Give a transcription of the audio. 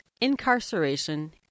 incarceration